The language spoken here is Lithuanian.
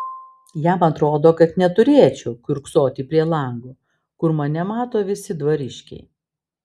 jam atrodo kad neturėčiau kiurksoti prie lango kur mane mato visi dvariškiai